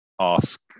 ask